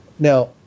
Now